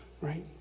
Right